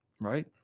Right